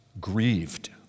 grieved